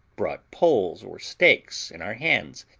brought poles or stakes in our hands,